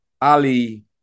Ali